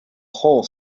whole